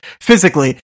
physically